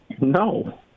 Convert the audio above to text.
No